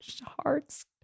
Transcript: hearts